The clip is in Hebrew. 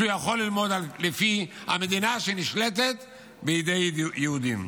שבו הוא יכול ללמוד לפי מדינה שנשלטת בידי יהודים.